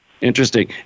Interesting